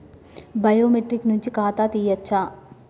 Biometric నుంచి ఖాతా తీయచ్చా?